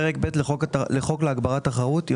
התאמות לפרק ב' לחוק להגברת התחרות פרק